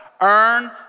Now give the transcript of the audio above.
earn